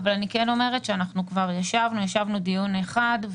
במסגרת הדיונים של הוועדה על חוק ההסדרים וחוק התקציב,